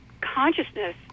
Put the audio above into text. consciousness